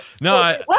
No